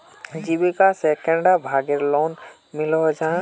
जीविका से कैडा भागेर लोन मिलोहो जाहा?